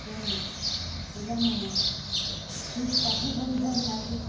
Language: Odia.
ତେଣୁ ପିଲାମାନେ ଠିକ୍ ପାଠ ପଢ଼ି ପାରୁନାହାନ୍ତି